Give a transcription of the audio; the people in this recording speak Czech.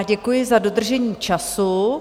Děkuji za dodržení času.